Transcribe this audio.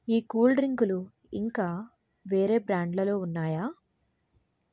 ఈ కూల్డ్రింకులు ఇంకా వేరే బ్రాండ్లలో ఉన్నాయా